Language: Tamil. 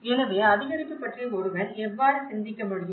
எனவே அதிகரிப்பு பற்றி ஒருவர் எவ்வாறு சிந்திக்க முடியும்